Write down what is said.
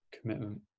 commitment